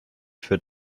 für